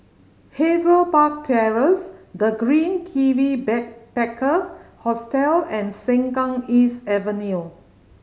Hazel Park Terrace The Green Kiwi Backpacker Hostel and Sengkang East Avenue